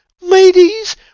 ladies